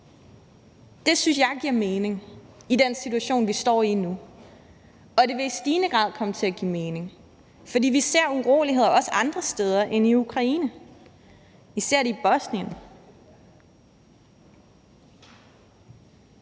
Det synes jeg giver mening i den situation, vi står i nu, og det vil i stigende grad komme til at give mening, for vi ser også uroligheder andre steder end i Ukraine; vi ser det i Bosnien.